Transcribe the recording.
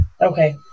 okay